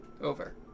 over